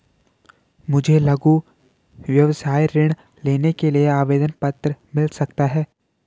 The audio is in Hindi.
मुझे लघु व्यवसाय ऋण लेने के लिए आवेदन पत्र मिल सकता है?